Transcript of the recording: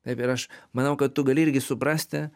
taip ir aš manau kad tu gali irgi suprasti